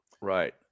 Right